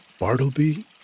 Bartleby